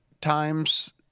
times